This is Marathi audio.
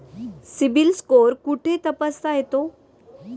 सिबिल स्कोअर कुठे तपासता येतो?